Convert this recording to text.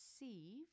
receive